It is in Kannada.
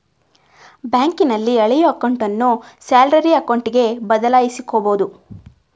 ಬ್ಯಾಂಕಿನಲ್ಲಿ ಹಳೆಯ ಅಕೌಂಟನ್ನು ಸ್ಯಾಲರಿ ಅಕೌಂಟ್ಗೆ ಬದಲಾಯಿಸಕೊಬೋದು